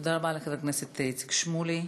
תודה רבה לחבר הכנסת איציק שמולי.